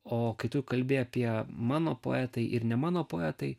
o kai tu kalbi apie mano poetai ir ne mano poetai